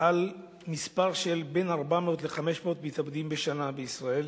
על מספר של בין 400 ל-500 מתאבדים בשנה בישראל.